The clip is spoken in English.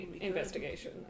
Investigation